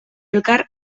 elkar